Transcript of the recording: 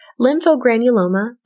lymphogranuloma